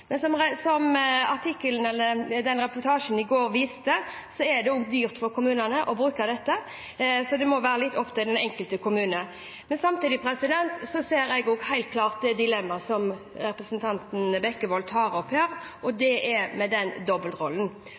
Som reportasjen på mandag viste, er det dyrt for kommunene å bruke dette, så det må være litt opp til den enkelte kommune. Samtidig ser jeg helt klart det dilemmaet som representanten Bekkevold tar opp, nemlig dobbeltrollen. For det er kommunene som har ansvaret for å se familien, for å se barnet. Så kan det godt være at de løser den